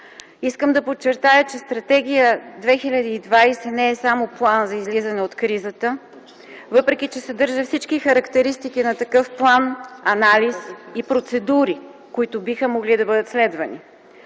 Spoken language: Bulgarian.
Искам да подчертая, че Стратегия 2020 не е само план за излизане от кризата, въпреки че съдържа всички характеристики на такъв план, анализ и процедури, които биха могли да бъдат следвани.